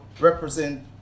represent